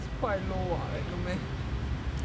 that's quite low [what] no meh